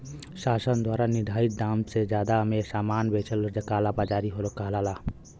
शासन द्वारा निर्धारित दाम से जादा में सामान बेचना कालाबाज़ारी कहलाला